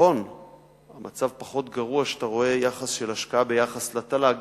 נכון שהמצב פחות גרוע כשאתה מסתכל על יחס של השקעה ביחס לתל"ג,